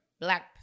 Black